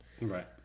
right